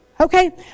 Okay